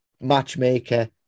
matchmaker